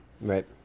Right